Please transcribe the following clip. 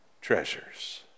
treasures